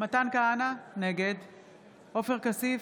מתן כהנא, נגד עופר כסיף,